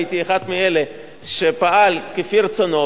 הייתי אחד מאלה שפעל כפי רצונו,